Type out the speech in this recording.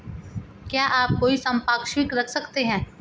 क्या आप कोई संपार्श्विक रख सकते हैं?